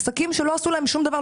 עסקים שלא עשו להם שום דבר,